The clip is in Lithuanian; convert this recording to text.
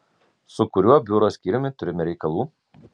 su kuriuo biuro skyriumi turime reikalų